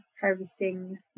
harvesting